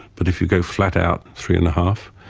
but if you go flat-out, three-and-a-half.